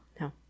No